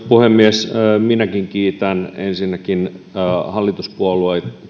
puhemies minäkin kiitän ensinnäkin hallituspuolueita